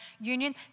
union